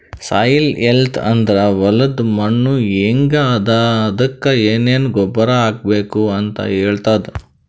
soil health ಅಂದ್ರ ಹೊಲದ್ ಮಣ್ಣ್ ಹೆಂಗ್ ಅದಾ ಅದಕ್ಕ್ ಏನೆನ್ ಗೊಬ್ಬರ್ ಹಾಕ್ಬೇಕ್ ಅಂತ್ ಹೇಳ್ತದ್